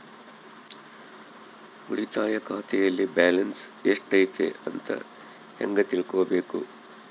ಉಳಿತಾಯ ಖಾತೆಯಲ್ಲಿ ಬ್ಯಾಲೆನ್ಸ್ ಎಷ್ಟೈತಿ ಅಂತ ಹೆಂಗ ತಿಳ್ಕೊಬೇಕು?